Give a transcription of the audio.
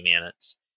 minutes